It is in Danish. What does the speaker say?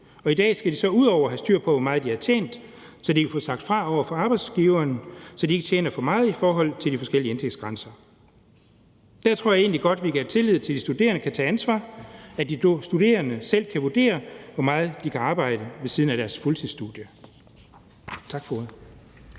I dag skal de så derudover have styr på, hvor meget de har tjent, så de kan få sagt fra over for arbejdsgiveren, så de ikke tjener for meget i forhold til de forskellige indtægtsgrænser. Der tror jeg egentlig godt, vi kan have tillid til, at de studerende kan tage ansvar, og at de studerende selv kan vurdere, hvor meget de kan arbejde ved siden af deres fuldtidsstudie.